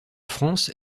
france